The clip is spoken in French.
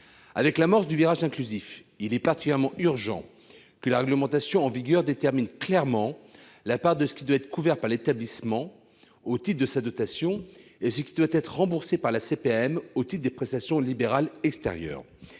Avec l'amorce du virage inclusif, il est particulièrement urgent que la réglementation en vigueur détermine clairement la part qui doit être couverte par l'établissement au titre de sa dotation et ce qui doit être remboursé par la CPAM au titre des prestations libérales extérieures.